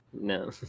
No